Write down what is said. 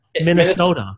Minnesota